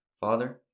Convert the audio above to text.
Father